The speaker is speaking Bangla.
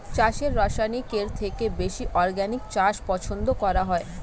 চাষে রাসায়নিকের থেকে বেশি অর্গানিক চাষ পছন্দ করা হয়